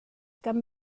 kan